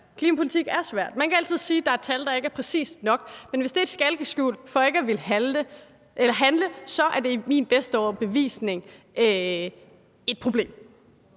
klimapolitik er svært. Man kan altid sige, at der er tal, der ikke er præcise nok, men hvis det er et skalkeskjul for ikke at ville handle, er det efter min bedste overbevisning et problem.